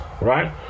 right